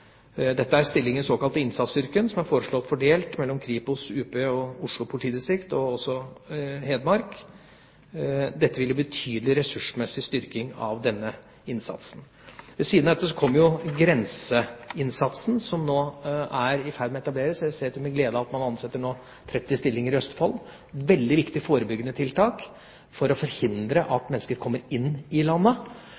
Dette er stillinger i den såkalte innsatsstyrken, som er foreslått fordelt mellom Kripos, UP, Oslo politidistrikt og Hedmark politidistrikt. Det vil gi betydelig ressursmessig styrking av denne innsatsen. Ved siden av dette kommer grenseinnsatsen, som nå er i ferd med å bli etablert. Jeg ser til min glede at man får 30 nye stillinger i Østfold. Det er et veldig viktig forebyggende tiltak for å forhindre